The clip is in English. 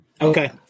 Okay